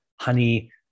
honey